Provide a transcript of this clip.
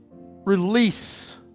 release